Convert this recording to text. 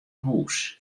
hûs